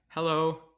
Hello